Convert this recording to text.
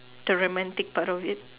the romantic part of it